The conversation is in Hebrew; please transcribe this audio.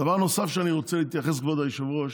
דבר נוסף שאני רוצה להתייחס, כבוד היושב-ראש,